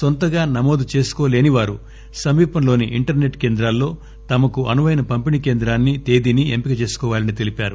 నొంతంగా నమోదు చేసుకోలేనివారు సమీపంలోని ఇంటర్సెట్ కేంద్రాల్లో తమకు అనుపైన పంపిణీ కేంద్రాన్సి తేదీని ఎంపిక చేసుకోవాలని తెలిపారు